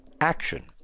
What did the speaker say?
action